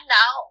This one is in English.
now